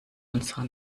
unserer